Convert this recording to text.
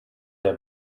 der